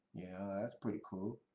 yeah that's pretty cool.